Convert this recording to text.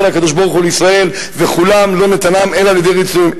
הקדוש-ברוך-הוא לישראל וכולן לא נתנם אלא על-ידי ייסורין,